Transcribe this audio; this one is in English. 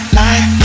life